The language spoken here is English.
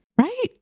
Right